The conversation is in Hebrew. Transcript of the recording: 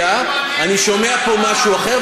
אני שומע פה משהו אחר,